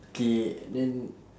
K and then